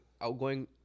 outgoing